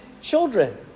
children